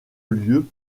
lieu